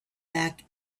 back